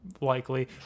likely